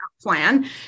plan